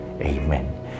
Amen